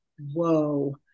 Whoa